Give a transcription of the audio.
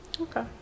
Okay